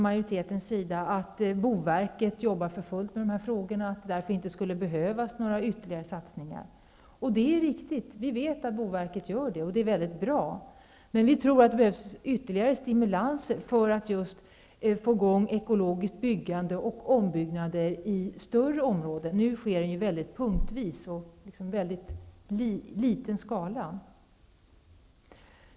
Majoriteten hävdar att boverket jobbar för fullt med de här frågorna och att det därför inte skulle behövas några ytterligare satsningar. Det är riktigt. Vi vet att boverket jobbar med detta, och det är väldigt bra. Men vi tror att det behövs ytterligare stimulanser för att just få i gång ekologiskt byggande och ombyggnader i större områden. Nu sker ju detta byggande i hög grad punktvis och i liten skala.